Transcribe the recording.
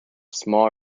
small